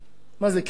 מה זה, קג"ב?